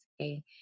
okay